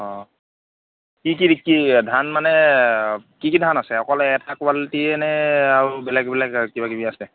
অঁ কি কি কি ধান মানে কি কি ধান আছে অকল এটা কুৱালিটিয়ে নে আৰু বেলেগ বেলেগ আৰু কিবা কিবি আছে